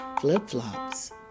Flip-flops